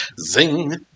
zing